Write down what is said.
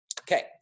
Okay